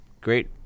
Great